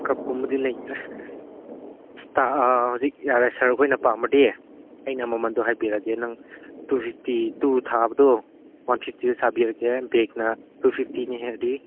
ꯀꯞꯀꯨꯝꯕꯗꯤ ꯂꯩꯇ꯭ꯔꯦ ꯍꯧꯖꯤꯛ ꯌꯥꯔꯦ ꯁꯥꯔꯈꯣꯏꯅ ꯄꯥꯝꯃꯗꯤ ꯑꯩꯅ ꯃꯃꯜꯗꯣ ꯍꯥꯏꯕꯤꯔꯒꯦ ꯅꯪ ꯇꯨ ꯐꯤꯞꯇꯤ ꯇꯨ ꯊꯥꯕꯗꯣ ꯋꯥꯟ ꯐꯤꯞꯇꯤꯗ ꯁꯥꯕꯤꯔꯒꯦ ꯕꯦꯛꯅ ꯇꯨ ꯐꯤꯞꯇꯤꯅꯦ ꯍꯥꯏꯔꯗꯤ